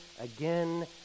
again